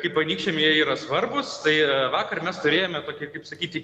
kaip anykščiam jie yra svarbūs tai vakar mes turėjome tokį kaip sakyti